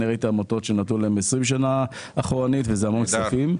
ראיתי עמותות שנתנו להם 20 שנים אחורנית וזה המון כסף.